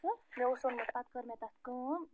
مےٚ اوس اوٚنمُت پَتہٕ کٔر مےٚ تتھ کٲم